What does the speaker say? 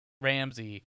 Ramsey